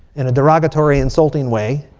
in a derogatory, insulting way.